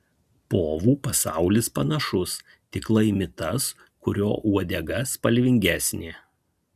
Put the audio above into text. povų pasaulis panašus tik laimi tas kurio uodega spalvingesnė